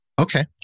Okay